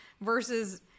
versus